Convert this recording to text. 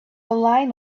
line